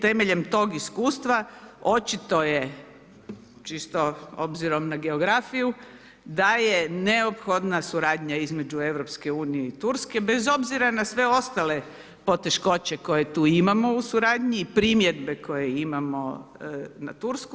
Temeljem tog iskustva očito je čisto obzirom na geografiju da je neophodna suradnja između Europske unije i Turske bez obzira na sve ostale poteškoće koje tu imamo u suradnji i primjedbe koje imamo na Tursku.